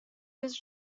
his